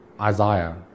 Isaiah